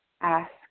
ask